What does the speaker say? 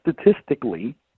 statistically